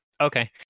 Okay